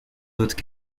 autres